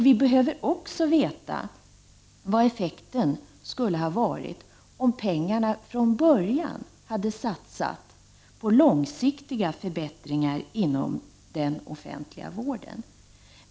Vi behöver också veta vilken effekt det skulle ha blivit om pengarna från början hade satsats på långsiktiga förbättringar inom den offentliga vården.